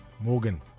Morgan